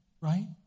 right